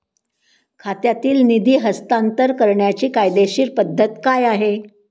खात्यातील निधी हस्तांतर करण्याची कायदेशीर पद्धत काय आहे?